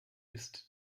ist